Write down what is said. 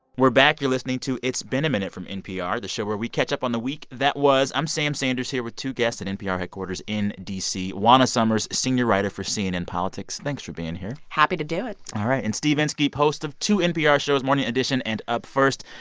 we're back. you're listening to it's been a minute from npr, the show where we catch up on the week that was. i'm sam sanders here with two guests at npr headquarters in d c. juana summers, senior writer for cnn politics, thanks for being here happy to do it all right. and steve inskeep, host of two npr shows, morning edition and up first,